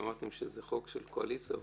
שאמרתם שזה חוק של קואליציה ואופוזיציה,